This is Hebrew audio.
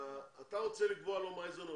אתה רוצה לקבוע לו מה האיזון.